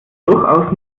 durchaus